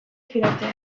fidatzea